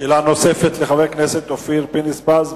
שאלה נוספת לחבר הכנסת אופיר פינס-פז.